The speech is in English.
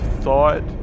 thought